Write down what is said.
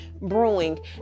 brewing